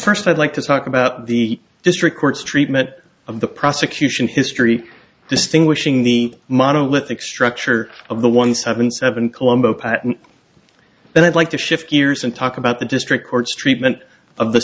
first i'd like to talk about the district court's treatment of the prosecution history distinguishing the monolithic structure of the one seven seven colombo and i'd like to shift gears and talk about the district courts treatment of the